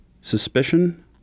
suspicion